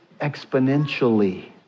exponentially